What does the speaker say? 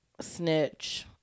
snitch